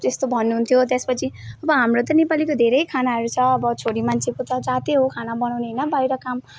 त्यस्तो भन्नुहुन्थ्यो त्यसपछि अब हाम्रो त नेपालीको धेरै खानाहरू छ अब छोरी मान्छेको त जातै हो खाना बनाउने होइन बाहिर काम